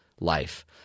life